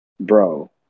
bro